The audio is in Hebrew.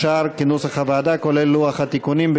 כולל לוח התיקונים,